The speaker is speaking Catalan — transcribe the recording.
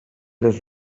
les